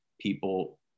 people